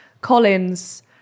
Collins-